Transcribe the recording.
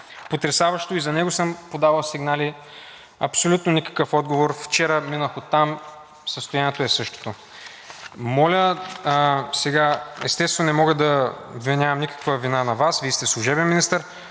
потресаващо. И за него съм подавал сигнали, абсолютно никакъв отговор. Вчера минах оттам, състоянието е същото. Естествено не мога да вменявам никаква вина на Вас, Вие сте служебен министър,